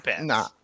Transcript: nah